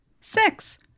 Six